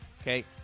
okay